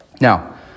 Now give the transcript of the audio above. Now